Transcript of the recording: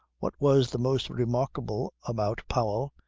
what was the most remarkable about powell,